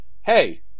hey